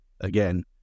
again